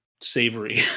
savory